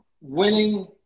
winning